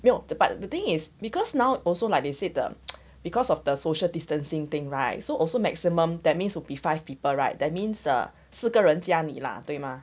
没有 but the thing is because now also like they said the because of the social distancing thing right so also maximum that means would be five people right that means uh 四个人加你 lah 对吗